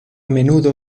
menudo